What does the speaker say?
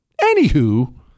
Anywho